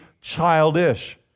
childish